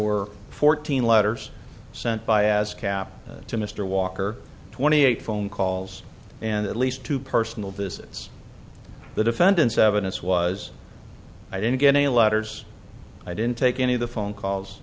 were fourteen letters sent by ascap to mr walker twenty eight phone calls and at least two personal visits the defendant's evidence was i didn't get a letters i didn't take any of the phone calls